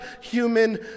human